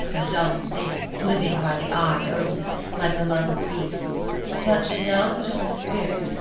a dumb thing, living by the eye only, like the love of beasts but should now put on the spirit,